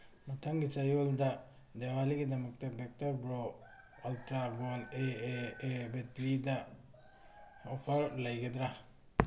ꯃꯊꯪꯒꯤ ꯆꯌꯣꯜꯗ ꯗꯦꯋꯥꯂꯤꯒꯤꯗꯃꯛꯇ ꯚꯦꯛꯇꯔ ꯕ꯭ꯔꯣ ꯑꯜꯇ꯭ꯔꯥ ꯒꯣꯜ ꯑꯦ ꯑꯦ ꯑꯦ ꯕꯦꯇ꯭ꯔꯤꯗ ꯑꯣꯐꯔ ꯂꯩꯒꯗ꯭ꯔꯥ